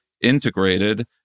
integrated